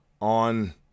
on